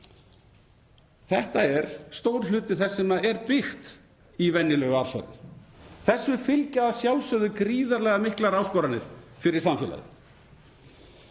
Þetta er stór hluti þess sem byggt er í venjulegu árferði. Þessu fylgja að sjálfsögðu gríðarlega miklar áskoranir fyrir samfélagið.